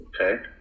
Okay